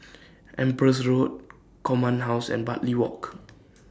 Empress Road Command House and Bartley Walk